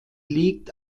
liegt